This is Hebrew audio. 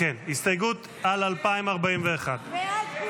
הסתייגות 2041. נמנעים,